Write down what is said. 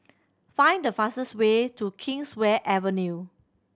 find the fastest way to Kingswear Avenue